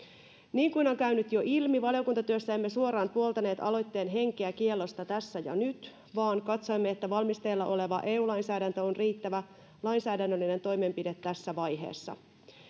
niin kuin on jo käynyt ilmi valiokuntatyössä emme suoraan puoltaneet aloitteen henkeä kiellosta tässä ja nyt vaan katsoimme että valmisteilla oleva eu lainsäädäntö on riittävä lainsäädännöllinen toimenpide tässä vaiheessa